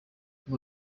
ngo